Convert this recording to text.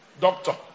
Doctor